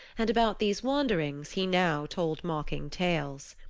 and about these wanderings he now told mocking tales.